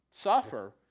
suffer